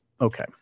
okay